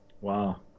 Wow